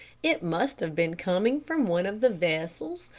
it must have been coming from one of the vessels,